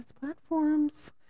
platforms